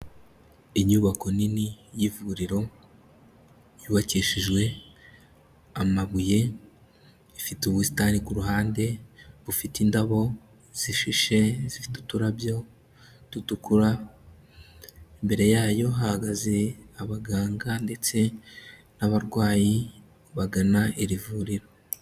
Inyubako nini y'ivuriro, yubakishijwe amabuye ifite ubusitani ku ruhande bufite indabo zishishe zifite uturabyo dutukura, imbere yayo hahagaze abaganga ndetse n'abarwayi bagana iri vuriro.